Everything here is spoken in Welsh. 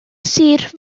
sir